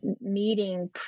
meeting